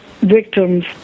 victims